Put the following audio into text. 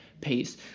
pace